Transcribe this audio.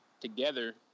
together